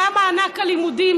גם מענק הלימודים,